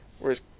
whereas